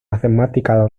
mathematical